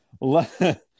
let